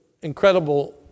incredible